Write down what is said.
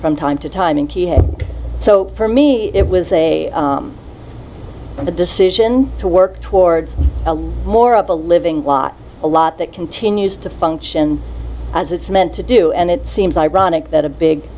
from time to time and he had so for me it was a the decision to work towards a lot more of the living was a lot that continues to function as it's meant to do and it seems ironic that a big